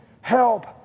help